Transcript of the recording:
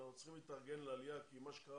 אנחנו צריכים להתארגן לעלייה כי מה שקרה